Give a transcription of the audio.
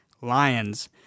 Lions